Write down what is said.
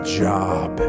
job